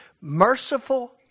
Merciful